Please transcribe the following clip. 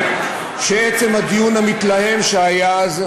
אני יכול להגיד לכם שעצם הדיון המתלהם שהיה אז,